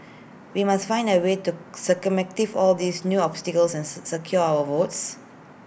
we must find A way to all these new obstacles since secure our votes